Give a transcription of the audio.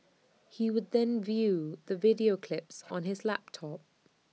he would then view the video clips on his laptop